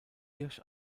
hirsch